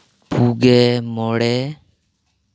ᱯᱩᱜᱮ ᱢᱚᱬᱮ